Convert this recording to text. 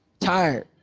tired,